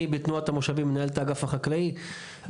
אני מנהל את האגף החקלאי ב- ׳תנועת המושבים׳,